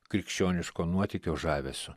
krikščioniško nuotykio žavesiu